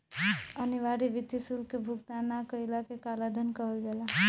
अनिवार्य वित्तीय शुल्क के भुगतान ना कईला के कालाधान कहल जाला